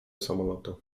samolotu